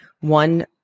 one